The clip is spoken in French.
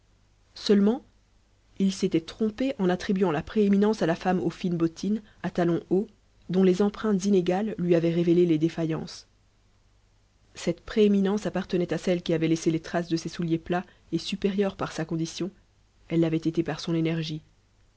seulement il s'était trompé en attribuant la prééminence à la femme aux fines bottines à talons hauts dont les empreintes inégales lui avaient révélé les défaillances cette prééminence appartenait à celle qui avait laissé les traces de ses souliers plats et supérieure par sa condition elle l'avait été par son énergie